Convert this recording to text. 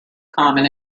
common